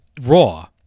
raw